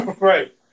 Right